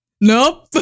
Nope